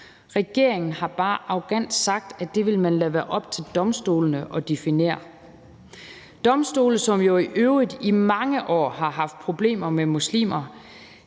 Regeringen har bare arrogant sagt, at det vil man lade være op til domstolene at definere, domstole, som jo i øvrigt i mange år har haft problemer med muslimer,